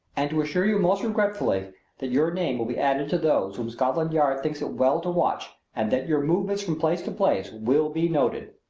and to assure you most regretfully that your name will be added to those whom scotland yard thinks it well to watch and that your movements from place to place will be noted.